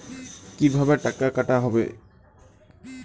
কিভাবে টাকা কাটা হবে?